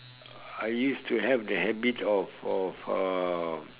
I used to have the habit of of uh